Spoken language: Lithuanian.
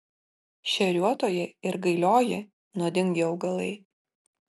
šeriuotoji ir gailioji nuodingi augalai